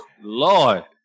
Lord